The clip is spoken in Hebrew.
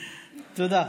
תודה.